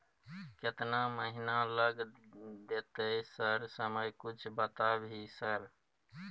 केतना महीना लग देतै सर समय कुछ बता भी सर?